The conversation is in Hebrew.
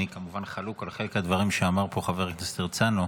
אני כמובן חלוק על חלק מהדברים שאמר פה חבר הכנסת הרצנו,